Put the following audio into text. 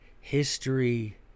History